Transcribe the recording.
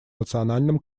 национальном